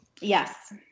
Yes